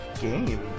game